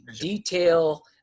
detail